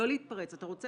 אתה רוצה?